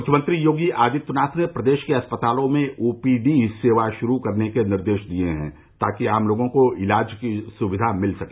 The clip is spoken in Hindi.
मुख्यमंत्री योगी आदित्यनाथ ने प्रदेश के अस्पतालों में ओपीडी सेवा शुरू करने के निर्देश दिए हैं ताकि आम लोगों को इलाज की सुविधा मिल सके